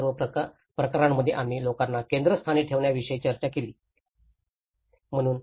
तर या सर्व प्रकरणांमध्ये आम्ही लोकांना केंद्रस्थानी ठेवण्याविषयी चर्चा केली आहे